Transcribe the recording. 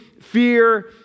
fear